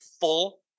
full